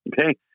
Okay